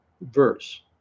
verse